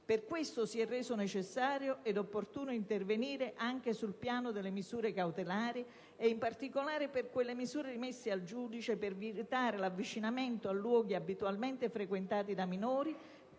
Per questo si è reso necessario ed opportuno intervenire anche sul piano delle misure cautelari e, in particolare, con misure rimesse al giudice per vietare l'avvicinamento a luoghi abitualmente frequentati da minori